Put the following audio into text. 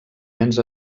nens